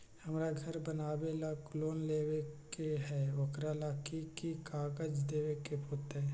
हमरा घर बनाबे ला लोन लेबे के है, ओकरा ला कि कि काग़ज देबे के होयत?